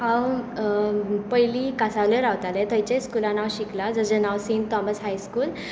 हांव पयलीं कांसावले रावतालें थंयच्याच स्कूलान हांव शिकलां ताजें नांव सेंट थॉमस हाय स्कूल